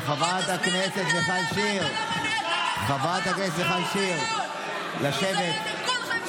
בוא תסביר, השר, למה אתה לא מונע את הרצח הבא.